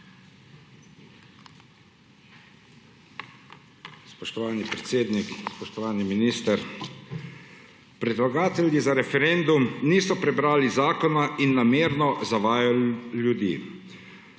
Spoštovani predsednik, spoštovani minister! Predlagatelji za referendum niso prebrali zakona in namerno zavajajo ljudi.